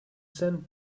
send